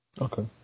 Okay